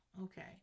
Okay